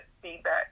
feedback